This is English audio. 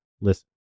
Listen